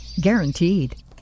Guaranteed